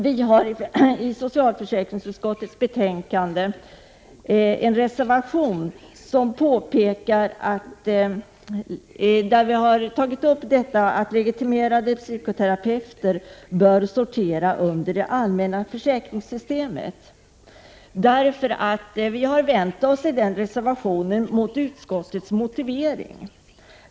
Vi har i en annan reservation i socialförsäkringsutskottets betänkande påpekat att legitimerade psykoterapeuter bör sortera under det allmänna försäkringssystemet. Vi vänder oss mot utskottets motivering.